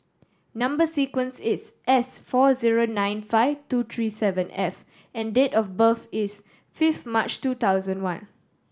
number sequence is S four zero nine five two three seven F and date of birth is fifth March two thousand and one